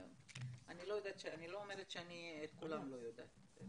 אני לא אומרת שאת כולם אני לא מכירה.